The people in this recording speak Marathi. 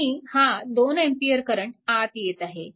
आणि हा 2A करंट आत येत आहे